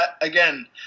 again